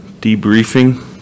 debriefing